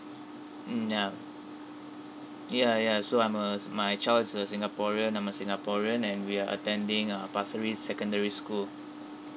mm ya ya ya so I'm uh my child is a singaporean I'm a singaporean and we are attending uh pasir ris secondary school